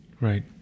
Right